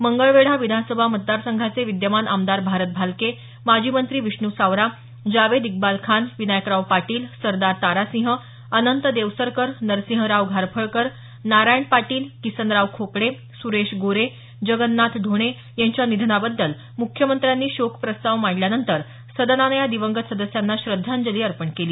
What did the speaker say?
मंगळवेढा विधानसभा मतदारसंघाचे विद्यमान आमदार भारत भालके माजी मंत्री विष्णू सावरा जावेद इक्बाल खान विनायकराव पाटील सरदार तारासिंह अनंत देवसरकर नरसिंहराव घारफळकर नारायण पाटील किसनराव खोपडे सुरेश गोरे जगन्नाथ ढोणे यांच्या निधनाबद्दल मुख्यमंत्र्यांनी शोक प्रस्ताव मांडल्यानंतर सदनानं या दिवंगत सदस्यांना श्रद्धांजली अर्पण केली